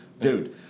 Dude